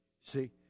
see